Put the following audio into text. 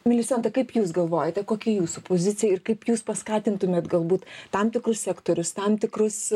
milisandra kaip jūs galvojate kokia jūsų pozicija ir kaip jūs paskatintumėt galbūt tam tikrus sektorius tam tikrus